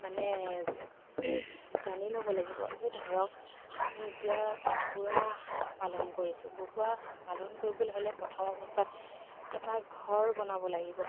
মানে জানি ল'ব লাগিব এই ধৰক আমি এতিয়া কুকুৰা পালন কৰিছোঁ কুকুৰা পালন কৰিবলৈ হ'লে প্ৰথম অৱস্থাত এটা ঘৰ বনাব লাগিব